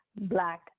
Black